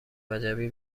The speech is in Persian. وجبی